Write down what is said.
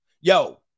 Yo